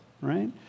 right